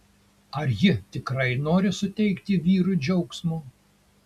ar ji tikrai nori suteikti vyrui džiaugsmo